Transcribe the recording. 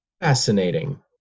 fascinating